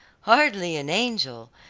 hardly an angel,